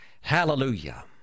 Hallelujah